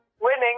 winning